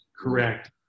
correct